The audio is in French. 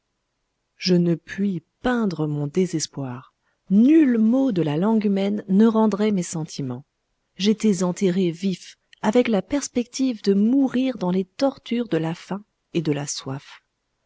je ne puis peindre mon désespoir nul mot de la langue humaine ne rendrait mes sentiments j'étais enterré vif avec la perspective de mourir dans les tortures de la faim et de la soif